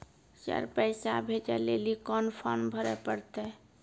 Sir पैसा भेजै लेली कोन फॉर्म भरे परतै?